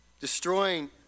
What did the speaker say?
destroying